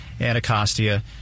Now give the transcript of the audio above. Anacostia